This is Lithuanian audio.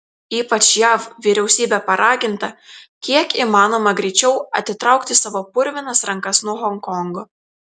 ypač jav vyriausybė paraginta kiek įmanoma greičiau atitraukti savo purvinas rankas nuo honkongo